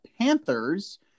Panthers